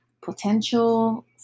potential